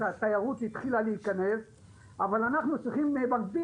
התיירות התחילה להיכנס אבל אנחנו צריכים במקביל